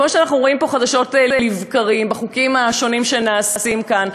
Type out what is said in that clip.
כמו שאנחנו רואים פה חדשות לבקרים בחוקים השונים שנעשים כאן,